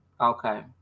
Okay